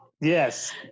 Yes